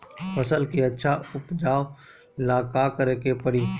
फसल के अच्छा उपजाव ला का करे के परी?